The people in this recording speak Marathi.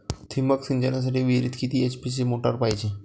ठिबक सिंचनासाठी विहिरीत किती एच.पी ची मोटार पायजे?